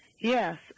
Yes